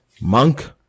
monk